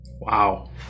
Wow